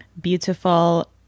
beautiful